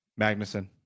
Magnuson